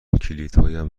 کلیدهایم